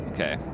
Okay